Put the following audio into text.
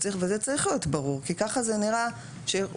וזה צריך להיות ברור כי ככה זה נראה שמישהו